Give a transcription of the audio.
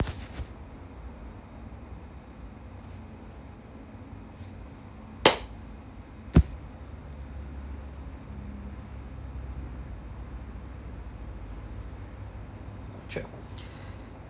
check